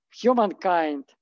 humankind